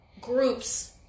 groups